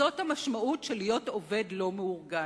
זאת המשמעות של להיות עובד לא מאורגן.